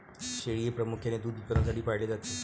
शेळी हे प्रामुख्याने दूध उत्पादनासाठी पाळले जाते